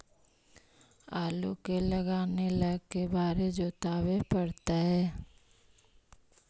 आलू के लगाने ल के बारे जोताबे पड़तै?